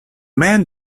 man